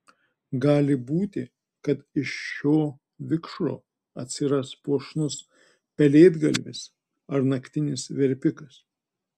gali būti kad iš šio vikšro atsiras puošnus pelėdgalvis ar naktinis verpikas